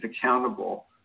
accountable